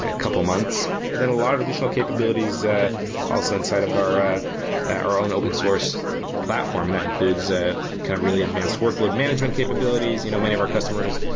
ah couple of months. and then a lot of additional capabilities ah also inside of our ah our own open source platform that includes ah kind of really advanced workload management capabilities. you know many of our customers,